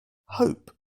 hope